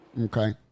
okay